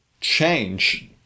change